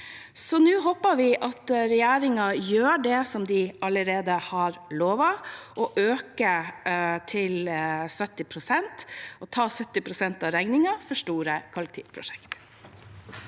Nå håper vi at regjeringen gjør det som de allerede har lovet, og øker til 70 pst. – at de tar 70 pst. av regningen for store kollektivprosjekter.